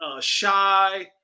Shy